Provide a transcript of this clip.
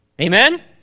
Amen